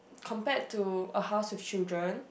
compared to a house with children